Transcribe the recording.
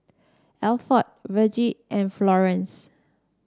Alford Vergie and Florence